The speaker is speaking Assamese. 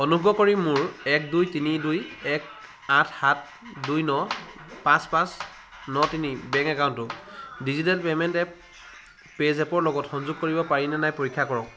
অনুগ্ৰহ কৰি মোৰ এক দুই তিনি দুই এক আঠ সাত দুই ন পাঁচ পাঁচ ন তিনি বেংক একাউণ্টটো ডিজিটেল পে'মেণ্ট এপ পে'জেপৰ লগত সংযোগ কৰিব পাৰিনে নাই পৰীক্ষা কৰক